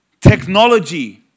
technology